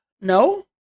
No